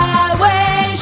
Highway